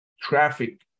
traffic